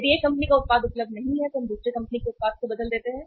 यदि एक कंपनी का उत्पाद उपलब्ध नहीं है तो हम दूसरी कंपनी के उत्पाद से बदल देते हैं